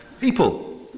People